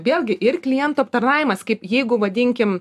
vėlgi ir klientų aptarnavimas kaip jeigu vadinkim